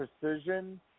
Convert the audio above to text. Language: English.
precision